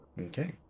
Okay